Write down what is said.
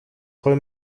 voll